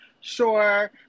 sure